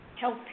help